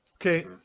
Okay